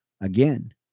again